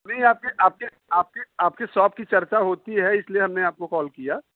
नहीं आपके आपके आपके आपके सॉप की चर्चा होती है इसलिए हमने आपको कॉल किया